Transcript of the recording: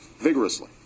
vigorously